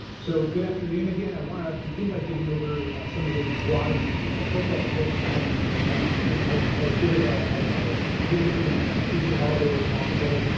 so good afternoon again, i want to begin by going over some of the broader numbers. i hope that folks had um yeah as as good of ah of a weekend and easter holiday as possible.